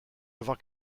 avoir